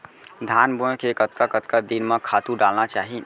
धान बोए के कतका कतका दिन म खातू डालना चाही?